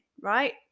right